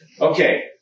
Okay